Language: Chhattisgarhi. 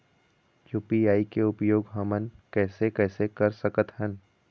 यू.पी.आई के उपयोग हमन कैसे कैसे कर सकत हन?